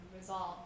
resolve